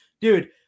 Dude